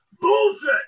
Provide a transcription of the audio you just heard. Bullshit